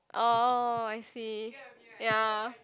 oh I see ya